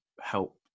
help